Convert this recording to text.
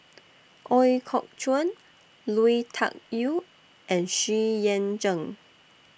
Ooi Kok Chuen Lui Tuck Yew and Xu Yuan Zhen